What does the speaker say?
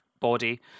body